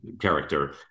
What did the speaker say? character